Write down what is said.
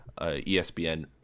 ESPN